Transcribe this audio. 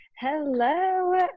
Hello